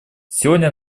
сегодня